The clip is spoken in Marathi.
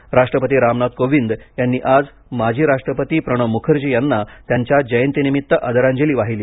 मुखर्जी राष्ट्रपती रामनाथ कोविंद यांनी आज माजी राष्ट्रपती प्रणव मुखर्जी यांना त्यांच्या जयंतीनिमित्त आदरांजली वाहिली